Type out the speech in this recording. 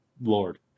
Lord